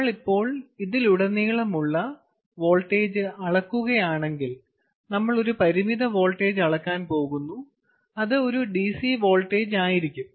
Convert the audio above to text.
നമ്മൾ ഇപ്പോൾ ഇതിലുടനീളമുള്ള വോൾട്ടേജ് അളക്കുകയാണെങ്കിൽ നമ്മൾ ഒരു പരിമിത വോൾട്ടേജ് അളക്കാൻ പോകുന്നു അത് ഒരു DC വോൾട്ടേജ് ആയിരിക്കും